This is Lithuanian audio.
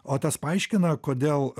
o tas paaiškina kodėl